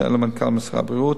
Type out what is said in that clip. משנה למנכ"ל משרד הבריאות,